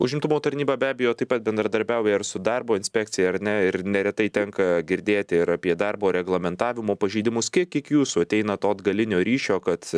užimtumo tarnyba be abejo taip pat bendradarbiauja ir su darbo inspekcija ar ne ir neretai tenka girdėti ir apie darbo reglamentavimų pažeidimus kiek iki jūsų ateina to atgalinio ryšio kad